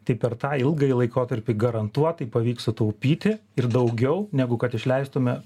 tai per tą ilgąjį laikotarpį garantuotai pavyks sutaupyti ir daugiau negu kad išleistume